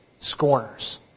Scorners